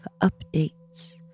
updates